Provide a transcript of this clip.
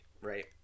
Right